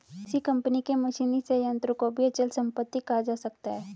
किसी कंपनी के मशीनी संयंत्र को भी अचल संपत्ति कहा जा सकता है